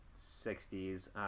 60s